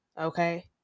okay